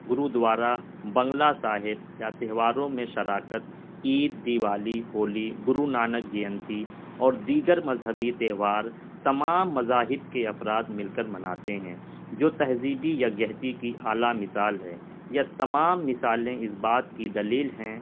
گرودوارا بنگلہ صاحب یا تہواروں میں شراکت عید دیوالی ہولی گرو نانک جنتی اور دیگر مذہبی تہوار تمام مذاہب کے افراد مل کر مناتے ہیں جو تہذیبی یک جہتی کی اعلیٰ مثال ہے یہ تمام مثالیں اس بات کی دلیل ہیں